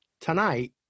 Tonight